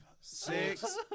six